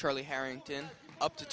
charlie harrington up to